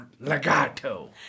Legato